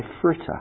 fritter